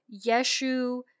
Yeshu